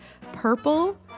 purple